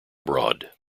abroad